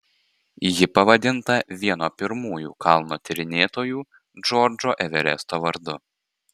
ji pavadinta vieno pirmųjų kalno tyrinėtojų džordžo everesto vardu